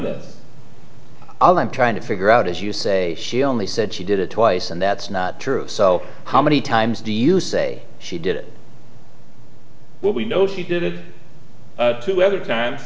this all i'm trying to figure out as you say she only said she did it twice and that's not true so how many times do you say she did it but we know she did it two other time